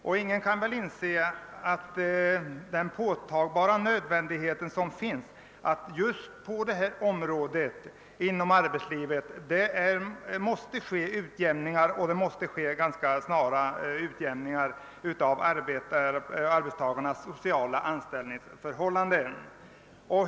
Det finns väl ingen som inte inser den påtagliga nödvändigheten av att det på detta område inom arbetslivet ganska snart sker en utjämning av arbetstagarnas sociala anställningsförmåner.